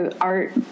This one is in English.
art